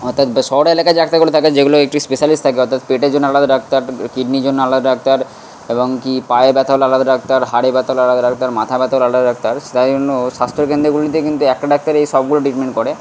আর শহর এলাকায় যে ডাক্তারগুলো থাকে যেগুলো একটু স্পেশালিস্ট থাকে অর্থাৎ পেটের জন্য আলাদা ডাক্তার কিডনির জন্য আলাদা ডাক্তার এবং কী পায়ে ব্যথা হলে আলাদা ডাক্তার হাড়ে ব্যথা হলে আলাদা ডাক্তার মাথা ব্যথার আলাদা ডাক্তার তাই জন্য স্বাস্থ্যকেন্দ্রগুলিতে কিন্তু একটা ডাক্তারেই সবগুলো ট্রিটমেন্ট করে